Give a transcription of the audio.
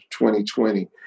2020